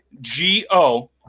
G-O